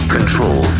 Control